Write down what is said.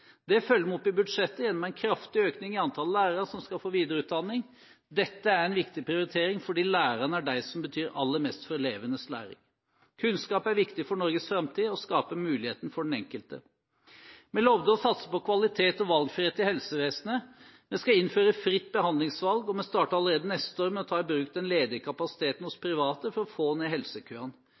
Det følger vi opp i budsjettet gjennom en kraftig økning i antall lærere som skal få videreutdanning. Dette er en viktig prioritering, fordi lærerne er de som betyr aller mest for elevenes læring. Kunnskap er viktig for Norges framtid og skaper muligheter for den enkelte. Vi lovet å satse på kvalitet og valgfrihet i helsevesenet. Vi skal innføre fritt behandlingsvalg, og vi starter allerede neste år med å ta i bruk den ledige kapasiteten hos private for å få ned helsekøene.